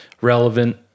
relevant